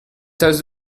tasse